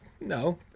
No